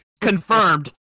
Confirmed